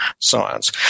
science